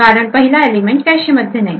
कारण पहिला एलिमेंट कॅशेमध्ये नाही